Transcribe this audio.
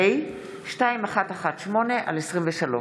פ/2118/23.